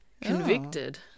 convicted